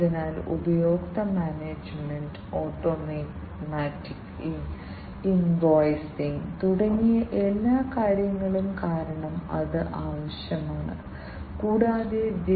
PLC എന്നത് programmable logic controller എന്നതിന്റെ ചുരുക്കപ്പേരാണ് ഈ പ്രോഗ്രാമബിൾ ലോജിക് കൺട്രോളറുകൾ ചില പ്രത്യേക കഴിവുകളുള്ള ചില പ്രത്യേക ഉദ്ദേശ്യ ഡിജിറ്റൽ കമ്പ്യൂട്ടറുകളാണ്